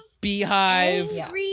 beehive